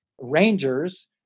rangers